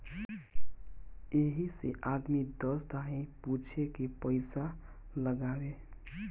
यही से आदमी दस दहाई पूछे के पइसा लगावे